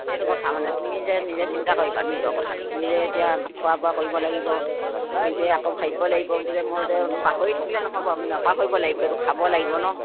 সেইটো কথা মানে তুমি যে নিজে চিন্তা কৰিবা নিজৰ কথাটো নিজে এতিয়া খোৱা বোৱা কৰিব লাগিব নিজে আকৌ ভাবিব লাগিব বোলে মই যে পাহৰি থাকিলে নহ'ব নাপাহৰিব লাগিব সেইটো খাব লাগিব ন